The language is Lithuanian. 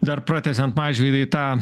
dar pratęsiant mažvydai tą